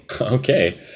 Okay